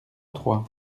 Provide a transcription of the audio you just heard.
troyes